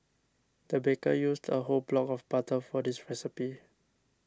the baker used a whole block of butter for this recipe